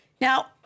now